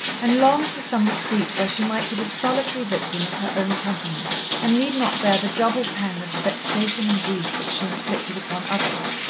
and longed for some retreat where she might be the solitary victim of her own temperament, and need not bear the double pang of the vexation and grief which she inflicted upon others.